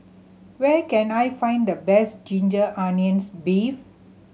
where can I find the best ginger onions beef